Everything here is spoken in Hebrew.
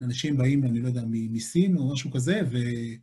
אנשים באים, אני לא יודע, מסין או משהו כזה, ו...